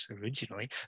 originally